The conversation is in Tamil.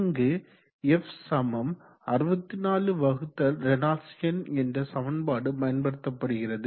இங்கு f64ரேனால்ட்ஸ் எண் என்ற சமன்பாடு பயன்படுத்தப்படுகிறது